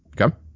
okay